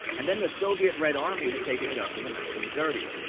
and then the soviet red army had taken it up in the nineteen thirty s.